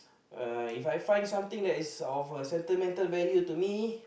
uh If I find something that is of a sentimental value to me